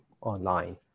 online